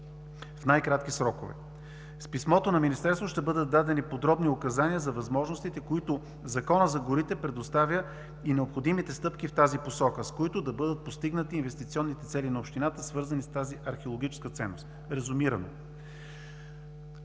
в най-кратки срокове. В писмото на министерството ще бъдат дадени подробни указания за възможностите, които Законът за горите предоставя, и необходимите стъпки в тази посока, с които да бъдат постигнати инвестиционните цели на общината, свързани с тази археологическа ценност – резюмирано.